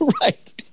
Right